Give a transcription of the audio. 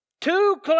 Two